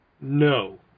No